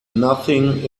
nothing